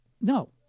No